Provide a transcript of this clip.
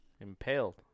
Impaled